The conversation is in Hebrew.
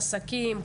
עסקים,